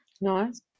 Nice